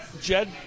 Jed